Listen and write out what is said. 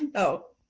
oh,